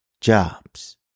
jobs